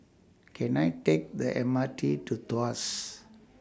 Can I Take The M R T to Tuas